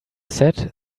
said